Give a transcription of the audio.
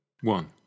One